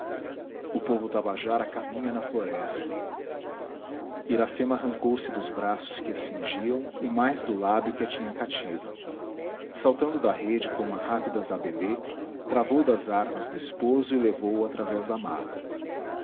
o povo tabajara caminha na floresta iracema arrancou se dos braços que a cingiam e mais do lábio que a tinha cativa saltando da rede como a rápida zabelê travou das armas do esposo e levou-o através da mata